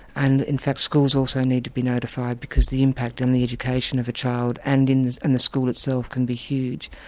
and in fact schools also need to be notified, because the impact on the education of a child and and the school itself can be huge.